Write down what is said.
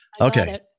Okay